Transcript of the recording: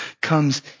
comes